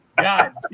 God